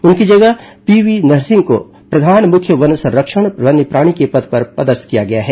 उनकी जगह P V Narsing को प्रधान मुख्य वन संरक्षक वन्यप्राणी के पद पर पदस्थ किया गया है